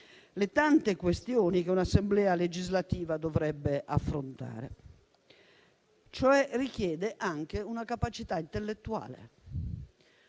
le tante questioni che un'Assemblea legislativa dovrebbe affrontare. Richiede cioè anche una capacità intellettuale.